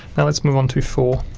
and let's move on to four